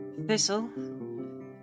Thistle